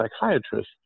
psychiatrist